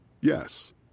Yes